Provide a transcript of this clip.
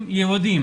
יהודים.